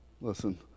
Listen